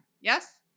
Yes